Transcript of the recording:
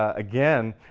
ah again,